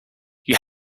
you